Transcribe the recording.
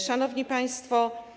Szanowni Państwo!